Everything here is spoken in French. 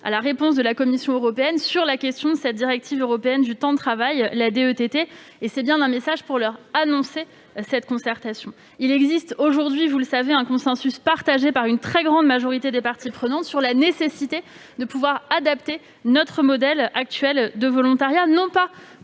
de la réponse de la Commission européenne sur la question de la directive européenne du temps de travail, la DETT. Il s'agit bien d'un message pour leur annoncer cette concertation. Il existe aujourd'hui un consensus partagé par une très grande majorité des parties prenantes sur la nécessité d'adapter notre modèle actuel de volontariat. Ce